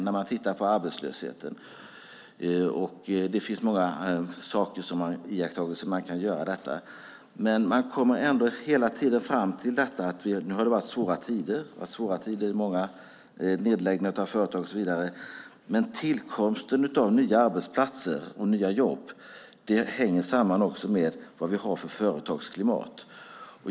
När man tittar på arbetslösheten finns det många iakttagelser man kan göra. Man kommer ändå hela tiden fram till att det har varit svåra tider och många nedläggningar av företag och så vidare, men tillkomsten av nya arbetsplatser och nya jobb hänger också samman med vad vi har för företagsklimat.